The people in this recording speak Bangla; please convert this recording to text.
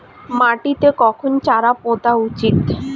মাটিতে কখন চারা পোতা উচিৎ?